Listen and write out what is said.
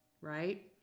Right